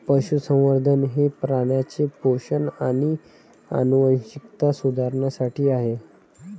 पशुसंवर्धन हे प्राण्यांचे पोषण आणि आनुवंशिकता सुधारण्यासाठी आहे